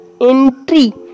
entry